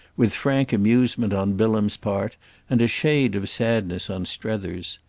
with frank amusement on bilham's part and a shade of sadness on strether's.